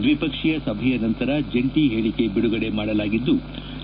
ದ್ವಿಪಕ್ಷೀಯ ಸಭೆಯ ನಂತರ ಜಂಟಿ ಹೇಳಿಕೆ ಬಿಡುಗಡೆ ಮಾಡಲಾಗಿದ್ಲು